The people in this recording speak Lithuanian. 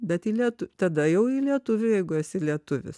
bet į lietu tada jau į lietuvių jeigu esi lietuvis